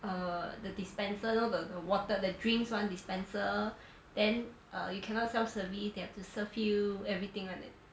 uh the dispenser you know the water the the drinks [one] dispenser then err you cannot self service they have to serve you everything [one] eh